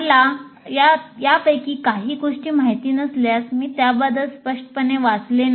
मला यापैकी काही गोष्टी माहित नसल्यास मी त्याबद्दल स्पष्टपणे वाचले नाही